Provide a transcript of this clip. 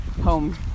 home